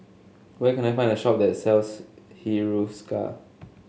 where can I find a shop that sells Hiruscar